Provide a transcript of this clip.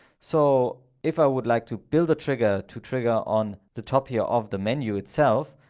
so if i would like to build a trigger to trigger on the top here of the menu itself,